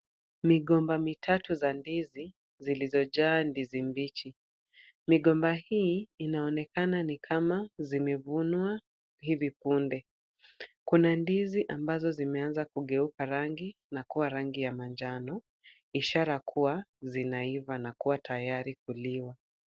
Migomba mitatu za ndizi zilizojaa ndizi mbichi. Migomba hii inaonekana ni kama zimevunwa hivi punde. Kuna ndizi ambazo zimeanza kugeuka rangi na kuwa rangi ya manjano, ishara kuwa zinaiva na kuwa tayari kuliwa.